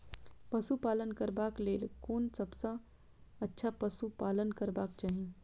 पशु पालन करबाक लेल कोन सबसँ अच्छा पशु पालन करबाक चाही?